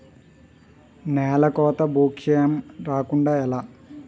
నేలకోత భూక్షయం రాకుండ ఎలా?